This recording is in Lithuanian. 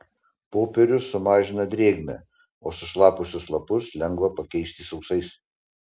popierius sumažina drėgmę o sušlapusius lapus lengva pakeisti sausais